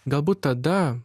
galbūt tada